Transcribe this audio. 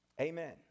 Amen